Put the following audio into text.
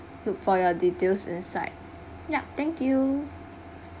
look for your details inside yup thank you